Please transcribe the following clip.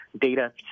data